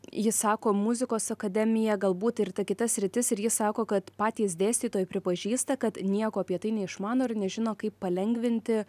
ji sako muzikos akademija galbūt ir ta kita sritis ir ji sako kad patys dėstytojai pripažįsta kad nieko apie tai neišmano ir nežino kaip palengvinti